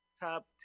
top